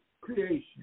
creation